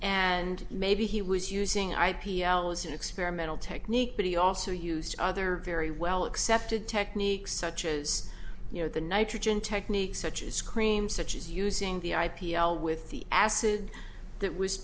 and maybe he was using i p l as an experimental technique but he also used other very well accepted techniques such is you know the nitrogen technique such as cream such as using the i p l with the acid that was